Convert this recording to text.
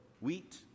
wheat